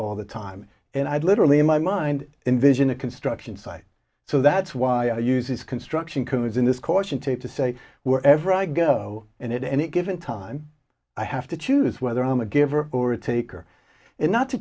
all the time and i'd literally in my mind envision a construction site so that's why i use its construction crews in this caution tape to say where ever i go and it and it given time i have to choose whether i'm a giver or a taker and not to